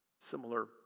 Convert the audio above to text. similar